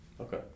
Okay